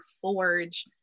forge